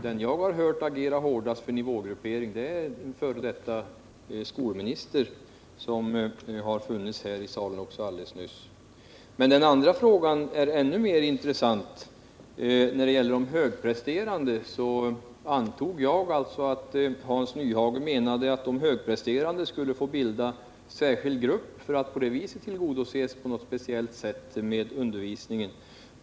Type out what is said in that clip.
Den jag har hört agera hårdast för nivågruppering är ju en f.d. skolminister som funnits här i kammaren alldeles nyss. Men den andra frågan är ännu mer intressant. Jag antog att Hans Nyhage menade att de högpresterande skulle få bilda en särskild grupp för att på det sättet tillgodoses på speciellt sätt med undervisning.